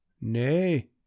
nay